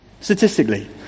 statistically